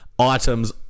Items